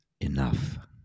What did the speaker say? enough